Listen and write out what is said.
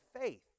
faith